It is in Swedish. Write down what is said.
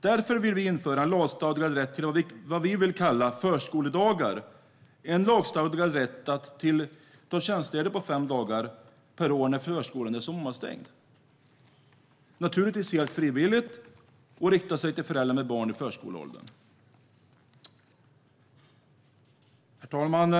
Därför vill vi införa en lagstadgad rätt till vad vi vill kalla förskoledagar. Det är en lagstadgad rätt att ta tjänstledigt fem dagar per år när förskolan är sommarstängd. Det är naturligtvis helt frivilligt, och det riktar sig till föräldrar med barn i förskoleåldern. Herr talman!